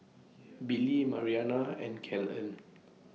Billie Mariana and Kellen